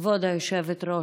כבוד היושבת-ראש,